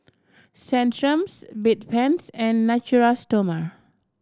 Centrum Bedpans and Natura Stoma